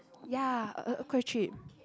ya uh quite cheap